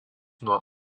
nuo